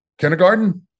Kindergarten